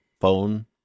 phone